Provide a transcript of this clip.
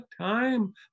time